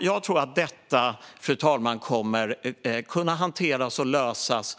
Jag tror, fru talman, att detta kommer att kunna hanteras och lösas